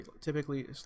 typically